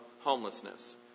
homelessness